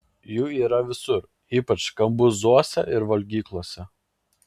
jų yra visur ypač kambuzuose ir valgyklose